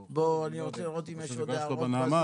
בואו, אני רוצה לראות אם יש עוד הערות בזום.